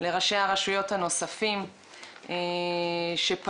לראשי הרשויות הנוספים שפנו,